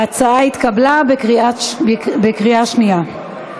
ההצעה התקבלה בקריאה שנייה.